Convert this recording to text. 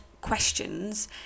questions